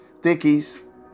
thickies